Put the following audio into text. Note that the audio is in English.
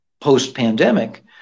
post-pandemic